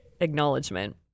acknowledgement